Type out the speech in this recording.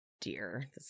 dear